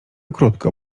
krótko